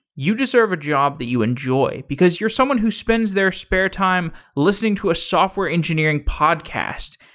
you deserve a job that you enjoy, because you're someone who spends their spare time listening to a software engineering podcast.